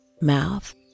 mouth